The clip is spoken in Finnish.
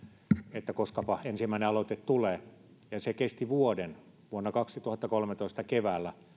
että koskapa ensimmäinen aloite tulee ja se kesti vuoden vuonna kaksituhattakolmetoista keväällä